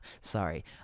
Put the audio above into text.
Sorry